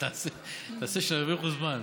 תעשה, שירוויחו זמן.